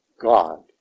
God